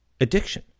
addiction